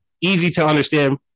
easy-to-understand